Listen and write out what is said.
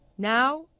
Now